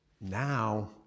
now